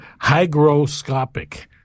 hygroscopic